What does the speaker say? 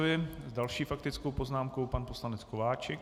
S další faktickou poznámkou pan poslanec Kováčik.